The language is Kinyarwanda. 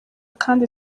kandi